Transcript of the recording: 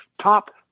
top